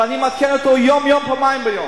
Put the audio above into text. ואני מבקר אותו יום-יום פעמיים ביום.